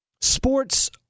Sports